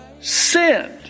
sinned